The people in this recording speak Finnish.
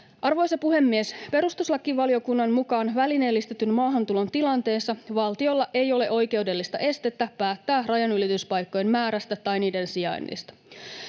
Arvoisa puhemies! Perustuslakivaliokunnan mukaan välineellistetyn maahantulon tilanteessa valtiolla ei ole oikeudellista estettä päättää rajanylityspaikkojen määrästä tai niiden sijainnista.